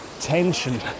tension